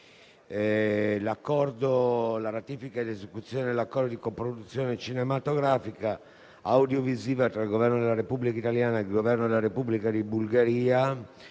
dell'Accordo di coproduzione cinematografica ed audiovisiva tra il Governo della Repubblica italiana ed il Governo della Repubblica di Bulgaria,